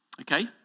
Okay